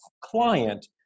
client